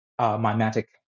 mimetic